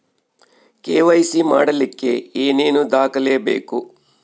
KYC ಮಾಡಲಿಕ್ಕೆ ಏನೇನು ದಾಖಲೆಬೇಕು?